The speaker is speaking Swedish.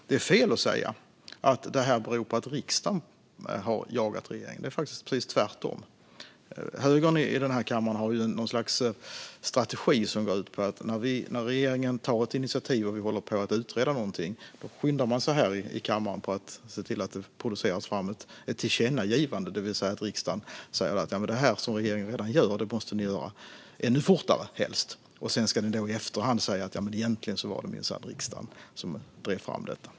Det är fel att säga att detta beror på att riksdagen har jagat på regeringen. Det är faktiskt precis tvärtom. Högern i den här kammaren har ju något slags strategi som går ut på att man när regeringen tar ett initiativ och håller på att utreda någonting skyndar sig att producera ett tillkännagivande om saken. Det innebär att riksdagen säger: Det här som regeringen redan gör måste den göra - helst ännu fortare! Sedan kan man i efterhand säga att det minsann egentligen var riksdagen som drev fram frågan.